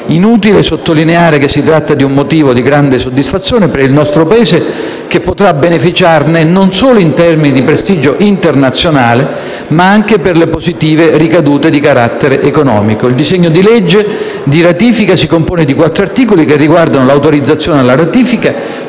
Inutile sottolineare che si tratta di un motivo di grande soddisfazione per il nostro Paese, che potrà beneficiarne non solo in termini di prestigio internazionale, ma anche per le positive ricadute di carattere economico. Il disegno di legge di ratifica si compone di quattro articoli, che riguardano l'autorizzazione alla ratifica,